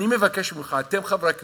אני מבקש ממך: אתם חברי הכנסת.